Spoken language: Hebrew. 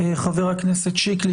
חבר הכנסת שיקלי,